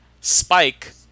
Spike